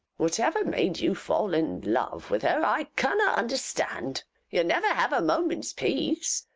whatever made you fall in love with her i cannot understand you'll never have a moment's peace.